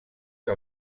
que